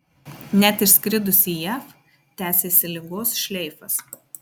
net išskridus į jav tęsėsi ligos šleifas